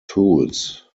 tools